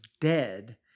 dead